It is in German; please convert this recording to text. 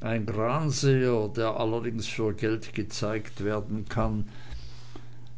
ein granseer der allerdings für geld gezeigt werden kann